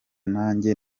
nanjye